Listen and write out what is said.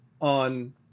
on